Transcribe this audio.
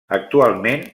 actualment